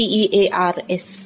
Pears